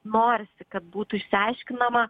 norisi kad būtų išsiaiškinama